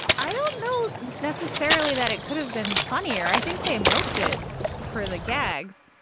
i don't know necessarily that it could have been funnier. i think they milked it for the gags.